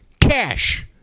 cash